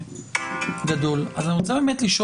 אני רוצה לראות